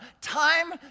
Time